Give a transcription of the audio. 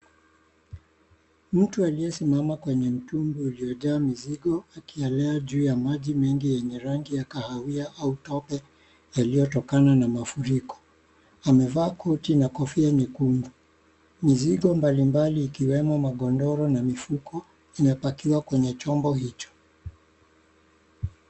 Mtu aliyesimama kwenye mtumbwi uliojaa mizigo akielea juu ya maji mengi yenye rangi ya kahawia au tope yaliyotokana na mafuriko, amevaa koti na kofia nyekundu. Mizigo mbalimbali ikiwemo magondoro na mifuko imepakiwa kwenye chombo hicho.